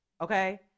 okay